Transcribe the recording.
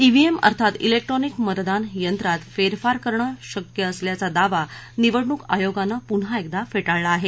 EVM अर्थात electronic मतदान यंत्रात फेरफार करणं शक्य असल्याचा दावा निवडणूक आयोगानं पुन्हा एकदा फेटाळला आहे